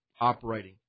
operating